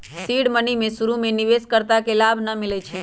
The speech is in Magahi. सीड मनी में शुरु में निवेश कर्ता के लाभ न मिलै छइ